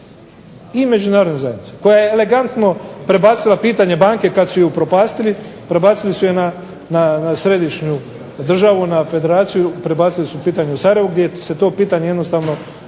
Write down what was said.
i međunarodne zajednice koja je elegantno prebacila pitanje banke kada su je upropastili prebacili su je na središnju državu na federaciju prebacili su pitanje u Sarajevo, gdje se to pitanje jednostavno